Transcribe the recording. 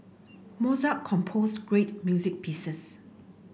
Mozart composed great music pieces